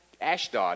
Ashdod